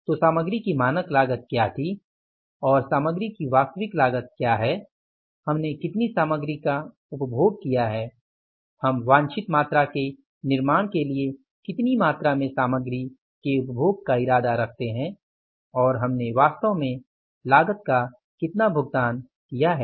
तो सामग्री की मानक लागत क्या थी और सामग्री की वास्तविक लागत क्या है हमने कितनी सामग्री का उपभोग किया है हम वांछित मात्रा के निर्माण के लिए कितनी मात्रा में सामग्री के उपभोग का इरादा रखते हैं और हमने वास्तव में लागत का कितना भुगतान किया है